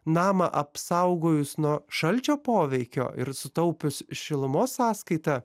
namą apsaugojus nuo šalčio poveikio ir sutaupius šilumos sąskaita